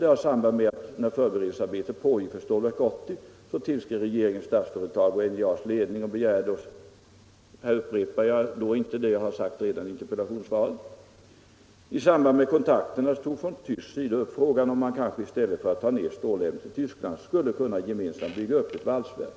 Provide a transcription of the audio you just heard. Det har samband med att när förberedelsearbetet pågick för Stålverk 80 så tillskrev regeringen Statsföretag och NJA:s ledning” — jag upprepar inte vad jag redan har sagt i interpellationssvaret. Så fortsatte jag: ”I samband med de kontakterna togs från tysk sida upp frågan om man kanske i stället för att ta ned stålämnen till Tyskland skulle kunna gemensamt bygga upp ett valvsverk.